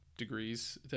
degrees